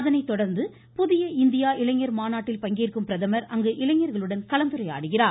அதனைத் தொடர்ந்து புதிய இந்தியா இளைஞர் மாநாட்டில் பங்கேற்கும் பிரதமர் அங்கு இளைஞர்களுடன் கலந்துரையாடுகிறார்